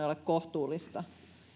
ole kohtuullista